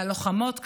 והלוחמות,